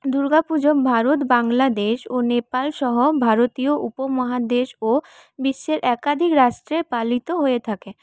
দুর্গাপুজো ভারত বাংলাদেশ ও নেপাল সহ ভারতীয় উপমহাদেশ ও বিশ্বের একাধিক রাষ্ট্রে পালিত হয়ে থাকে